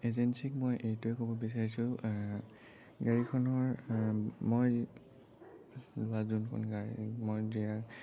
এজেঞ্চিক মই এইটোৱে ক'ব বিচাৰিছোঁ গাড়ীখনৰ মই যোগাযোগ মই দিয়া